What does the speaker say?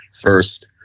First